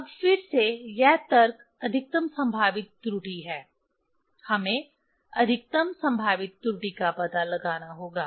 अब फिर से यह तर्क अधिकतम संभावित त्रुटि है हमें अधिकतम संभावित त्रुटि का पता लगाना होगा